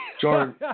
Jordan